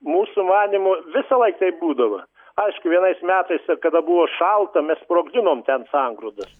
mūsų manymu visą laik taip būdavo aišku vienais metais kada buvo šalta mes sprogdinom ten sangrūdas